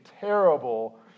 terrible